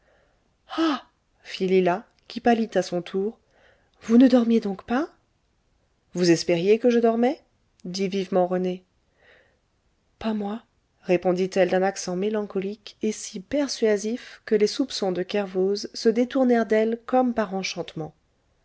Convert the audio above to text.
ah fit lila qui pâlit à son tour vous ne dormiez donc pas vous espériez que je dormais dit vivement rené pas moi répondit-elle d'un accent mélancolique et si persuasif que les soupçons de kervoz se détournèrent d'elle comme par enchantement